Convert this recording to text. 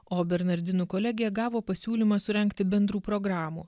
o bernardinų kolegija gavo pasiūlymą surengti bendrų programų